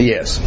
Yes